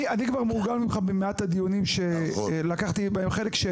אני כבר מורגל במעט הדיונים שלקחת בהם חלק.